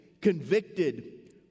convicted